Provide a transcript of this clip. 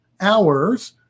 hours